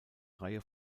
reihe